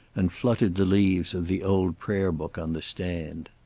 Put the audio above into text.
and fluttered the leaves of the old prayer-book on the stand.